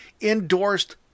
endorsed